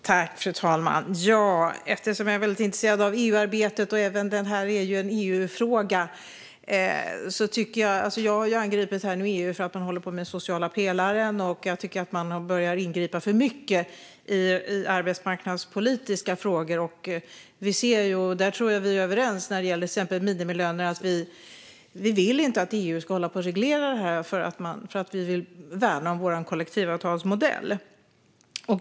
Fru talman! Jag är intresserad av EU-arbetet, och det här är en EU-fråga. Jag har här anklagat EU för att ingripa för mycket i arbetsmarknadspolitiska frågor och den sociala pelaren. Vi är överens i fråga om minimilöner. Vi vill inte att EU ska reglera dessa frågor eftersom vi vill värna vår kollektivavtalsmodell.